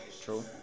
True